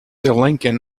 lincoln